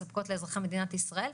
מספקות לאזרחי מדינת ישראל,